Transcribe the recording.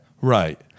Right